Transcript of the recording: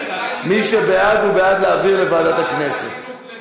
מי שבעד, הוא בעד להעביר לוועדת הכנסת.